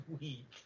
week